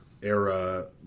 era